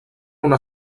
una